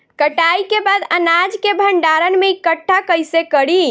कटाई के बाद अनाज के भंडारण में इकठ्ठा कइसे करी?